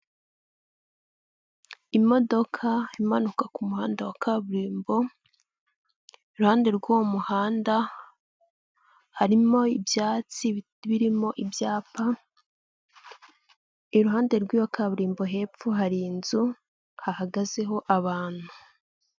Imodoka impanuka ku muhanda wa kaburimbo iruhande rw'uwo muhanda harimo ibyatsi birimo ibyapa iruhande rw'iyo kaburimbo hepfo hari inzu hahagazeho abantu.